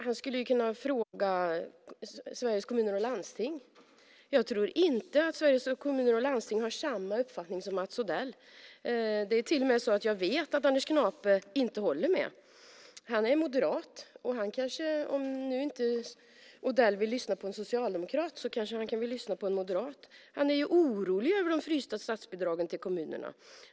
Han skulle kunna fråga Sveriges Kommuner och Landsting. Jag tror inte att Sveriges Kommuner och Landsting har samma uppfattning som Mats Odell. Jag vet till och med att Anders Knape inte håller med. Han är moderat. Odell kanske - om han nu inte vill lyssna på en socialdemokrat - vill lyssna på en moderat. Knape är orolig över de frysta statsbidragen till kommunerna.